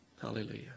Hallelujah